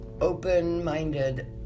open-minded